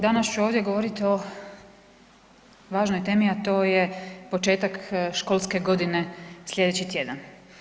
Danas ću ovdje govoriti o važnoj temi, a to je početak školske godine sljedeći tjedan.